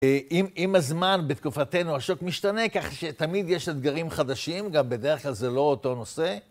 עם הזמן בתקופתנו השוק משתנה כך שתמיד יש אתגרים חדשים, גם בדרך כלל זה לא אותו נושא.